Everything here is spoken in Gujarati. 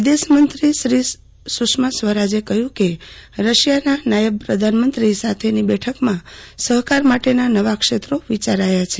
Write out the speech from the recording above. વિદેશમંત્રી સુશ્રી સુષ્મા સ્વરાજે કહ્યું કે રશિયાન નાયબ પ્રધાનમંત્રી સાથેની બેઠકમાં સહકાર માટેનાં નવા ક્ષેત્રો વિચારાયાં છે